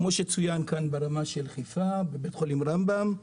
כמו שצוין כאן, בחיפה בבית חולים רמב"ם,